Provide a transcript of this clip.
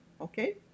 okay